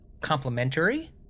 complementary